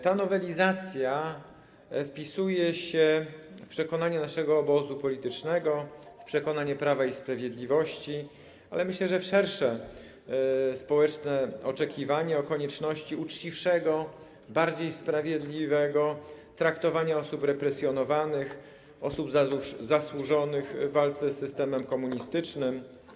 Ta nowelizacja wpisuje się w przekonanie naszego obozu politycznego, Prawa i Sprawiedliwości, ale myślę, że i w szersze społeczne oczekiwanie dotyczące konieczności uczciwszego, bardziej sprawiedliwego traktowania osób represjonowanych, osób zasłużonych w walce z systemem komunistycznym.